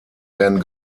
werden